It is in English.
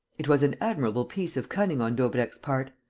it was an admirable piece of cunning on daubrecq's part.